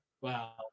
wow